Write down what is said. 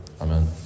Amen